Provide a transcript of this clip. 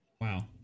Wow